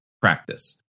practice